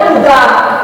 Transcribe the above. נקודה.